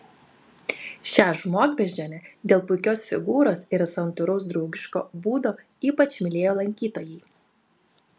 šią žmogbeždžionę dėl puikios figūros ir santūraus draugiško būdo ypač mylėjo lankytojai